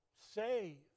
Say